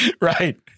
Right